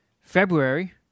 February